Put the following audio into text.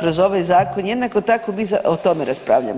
kroz ovaj zakon jednako tako mi o tome raspravljamo.